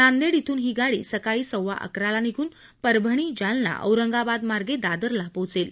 नांदेड श्रून ही गाडी सकाळी सवा अकराला निघून परभणी जालना औरंगाबाद मार्गे दादरला पोहोचेल